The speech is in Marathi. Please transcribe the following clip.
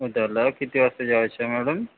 उद्याला किती वाजता जायचं मॅडम